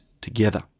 together